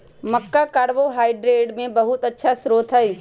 मक्का carbohydrate के बहुत अच्छा स्रोत हई